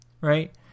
right